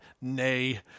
nay